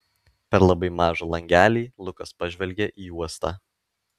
per labai mažą langelį lukas pažvelgė į uostą